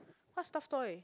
what stuffed toy